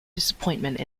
disappointment